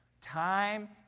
Time